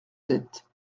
sept